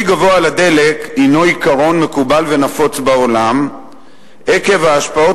גבוה של הדלק הוא עיקרון מקובל ונפוץ בעולם עקב ההשפעות